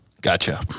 gotcha